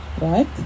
right